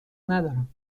ندارم